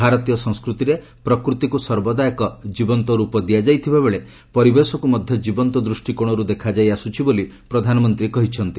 ଭାରତୀୟ ସଂସ୍କୃତିରେ ପ୍ରକୃତିକୁ ସର୍ବଦା ଏକ ଜୀବନ୍ତ ରୂପ ଦିଆଯାଇଥିବା ବେଳେ ପରିବେଶକ୍ତ ମଧ୍ୟ ଜୀବନ୍ତ ଦୃଷ୍ଟିକୋଣରୁ ଦେଖାଯାଇ ଆସୁଛି ବୋଲି ପ୍ରଧାନମନ୍ତ୍ରୀ କହିଛନ୍ତି